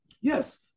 yes